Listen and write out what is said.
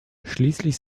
schließlich